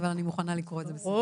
אבל אני מוכנה לקרוא את זה בשמחה.